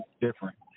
different